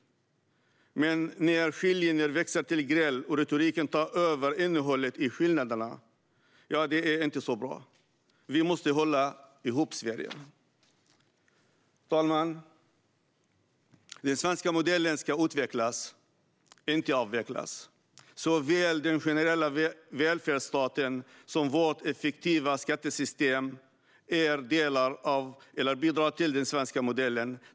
Men när skiljelinjer växer till gräl och retoriken tar över innehållet i skillnaderna är det inte så bra. Vi måste hålla ihop Sverige. Herr talman! Den svenska modellen ska utvecklas, inte avvecklas. Såväl den generella välfärdsstaten som vårt effektiva skattesystem är delar av eller bidrar till den svenska modellen.